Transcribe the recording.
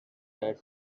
that